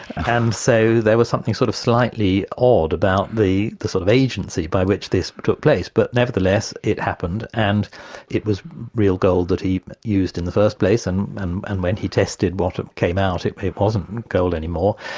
and so there was something sort of slightly odd about the the sort of agency by which this took place, but nevertheless it happened and it was real gold that he used in the first place, and and and when he tested what came out, it wasn't gold any more,